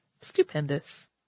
Stupendous